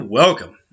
welcome